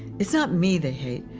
it's not me they hate.